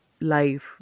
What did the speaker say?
life